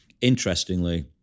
interestingly